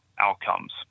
outcomes